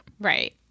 Right